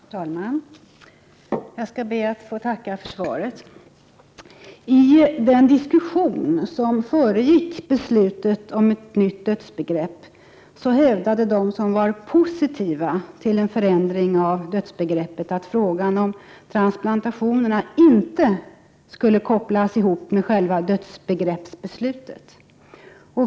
Herr talman! Jag ber att få tacka för svaret. I den diskussion som föregick beslutet om ett nytt dödsbegrepp hävdade de som var positiva till en förändring av dödsbegreppet att frågan om transplantationerna inte skulle kopplas ihop med själva dödsbegreppsbeslutet.